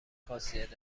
خاصیت